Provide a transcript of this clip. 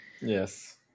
Yes